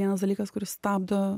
vienas dalykas kuris stabdo